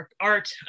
art